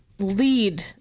Lead